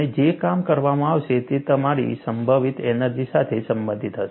અને જે કામ કરવામાં આવશે તે તમારી સંભવિત ઊર્જા સાથે સંબંધિત હશે